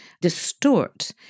distort